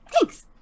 Thanks